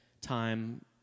time